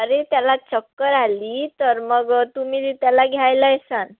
अरे त्याला चक्कर आली तर मग तुम्ही ति त्याला घ्यायला येसान